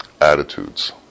attitudes